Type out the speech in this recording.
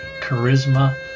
charisma